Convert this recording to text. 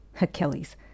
Achilles